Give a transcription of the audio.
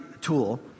tool